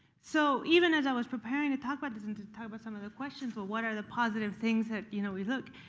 so even as i was preparing to talk about this and to talk about some of the questions, well, what are the positive things that you know we look,